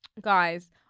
guys